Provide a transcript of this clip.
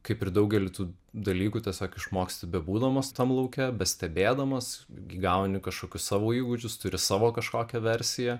kaip ir daugelį tų dalykų tiesiog išmoksti bebūdamas tam lauke bestebėdamas gauni kažkokius savo įgūdžius turi savo kažkokią versiją